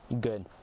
good